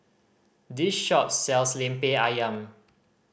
this shop sells Lemper Ayam